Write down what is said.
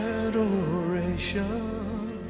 adoration